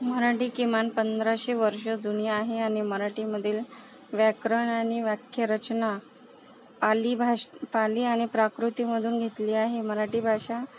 मराठी किमान पंधराशे वर्षं जुनी आहे आणि मराठीमधील व्याकरण आणि वाक्यरचना पाली भाषे पाली आणि प्राकृतीमधून घेतली आहे मराठी भाषा